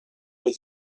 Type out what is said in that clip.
with